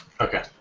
Okay